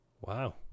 wow